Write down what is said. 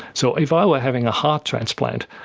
so if i were having a heart transplant,